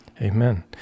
Amen